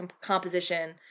composition